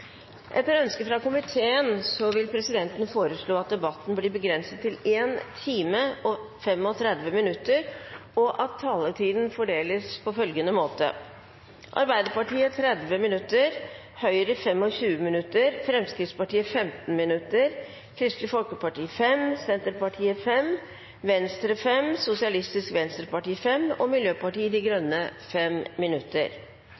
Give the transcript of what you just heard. Etter ønske fra arbeids- og sosialkomiteen vil presidenten foreslå at debatten blir begrenset til 1 time og 35 minutter, og at taletiden fordeles på følgende måte: Arbeiderpartiet 30 minutter, Høyre 25 minutter, Fremskrittspartiet 15 minutter, Kristelig Folkeparti 5 minutter, Senterpartiet 5 minutter, Venstre 5 minutter, Sosialistisk Venstreparti 5 minutter og Miljøpartiet De